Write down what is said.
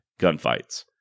gunfights